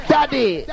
Daddy